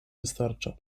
wystarcza